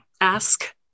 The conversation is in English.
ask